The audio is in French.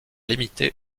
limité